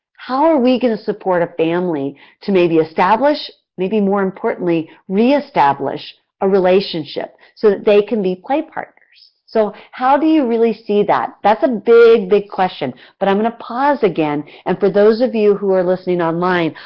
how are we going to support a family to maybe establish, establish, or more importantly, re-establish a relationship so that they can be play partners. so how do you really see that? that's a big, big question. but i'm going to pause, again and for those of you who are listening online,